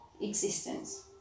existence